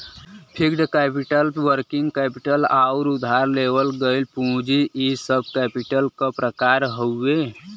fixed capital working capital आउर उधार लेवल गइल पूंजी इ सब कैपिटल क प्रकार हउवे